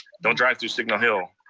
don't drive through signal hill.